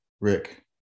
Rick